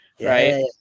Right